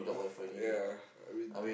ya I mean